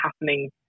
happening